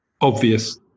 obvious